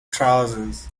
trousers